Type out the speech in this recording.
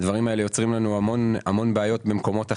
הדברים האלה יוצרים לנו המון המון בעיות במקומות אחרים,